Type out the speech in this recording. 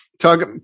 talk